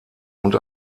und